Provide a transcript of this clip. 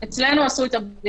כן, אצלנו הם עשו את הבדיקה.